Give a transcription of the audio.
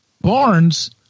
Barnes